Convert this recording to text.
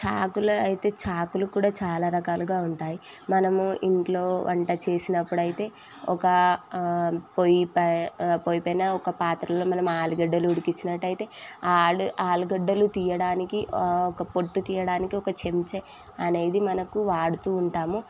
చాకులు అయితే చాకులు కూడా చాలా రకాలుగా ఉంటాయి మనము ఇంట్లో వంట చేసినప్పుడు అయితే ఒక పొయ్యిపై పొయ్యి పైనా ఒక పాత్రలో మనం ఆలుగడ్డలు ఉడికిచ్చినట్టయితే ఆ ఆలు ఆలుగడ్డలు తీయడానికి పొట్టు తీయడానికి ఒక చెంచా అనేది మనకు వాడుతూ ఉంటాము